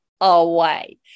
away